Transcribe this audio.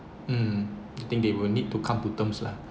mm I think they will need to come to terms lah